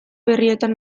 berrietan